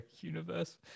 universe